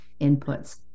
inputs